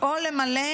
או למלא